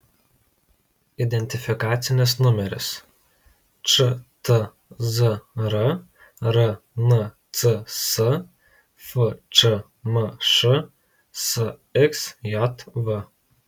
identifikacinis numeris čtzr rncs fčmš sxjv